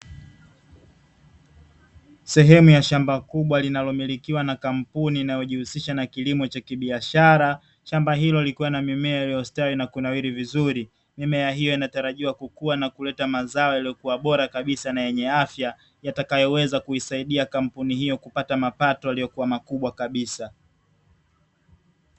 Sehemu ya shamba kubwa linalomilikiwa na kampuni inayojihusisha na kilimo cha kibiashara, shamba hilo lilikuwa na mimea yaliyostawi na kunawiri vizuri nimea hiyo inatarajiwa kukuwa na kuleta mazao yaliyokuwa bora kabisa na yenye afya, yatakayoweza kuisaidia kampuni hiyo kupata mapato aliyokuwa makubwa kabisa.